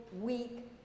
week